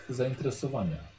zainteresowania